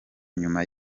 nyuma